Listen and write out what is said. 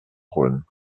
rhône